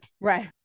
Right